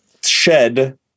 shed